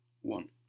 one